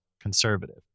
conservative